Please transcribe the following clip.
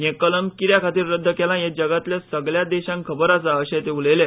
हे कलम कित्याखातीर रद्द केला हे जगातल्या सगल्या देशांक खबर आसा अशेंय ते उलयले